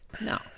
No